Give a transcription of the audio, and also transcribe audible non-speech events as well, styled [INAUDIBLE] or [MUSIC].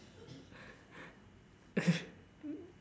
[LAUGHS]